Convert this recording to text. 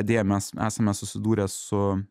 deja mes esame susidūrę su